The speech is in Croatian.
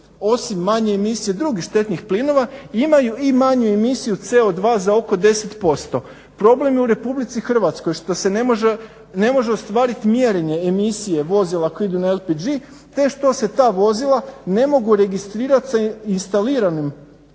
osim manje emisije i drugih štetnih plinova imaju i manju emisiju CO 2 za oko 10%. Problem je u RH što se ne može ostvariti mjerenje emisije vozila koja idu na LPG te što se ta vozila ne mogu registrirati sa instalacijom